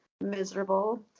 miserable